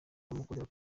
bamukundira